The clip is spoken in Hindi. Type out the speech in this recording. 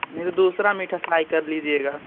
मेरे दूसरा मीठा ट्राई कर लीजिएगा